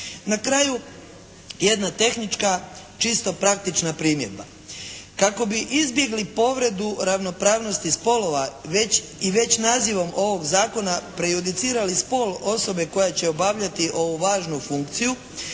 Na kraju jedna tehnička, čisto praktična primjedba. Kako bi izbjegli povredu ravnopravnosti spolova i već nazivom ovog zakona prejudicirali spol osobe koja će obavljati ovu važnu funkciju